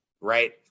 right